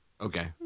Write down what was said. Okay